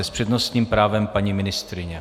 S přednostním právem paní ministryně.